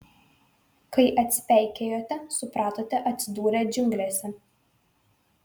kai atsipeikėjote supratote atsidūrę džiunglėse